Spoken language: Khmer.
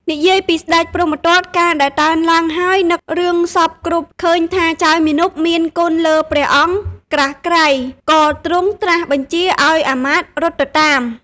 និយាយពីស្តេចព្រហ្មទត្ត កាលដែលតើនឡើងហើយនឹករឿងសព្វគ្រប់ឃើញថាចៅមាណពមានគុណលើព្រះអង្គក្រាស់ក្រៃ ក៏ទ្រង់ត្រាស់បញ្ជាឱ្យអាមាត្យរត់ទៅតាម។